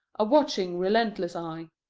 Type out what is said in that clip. a watching, relentless eye.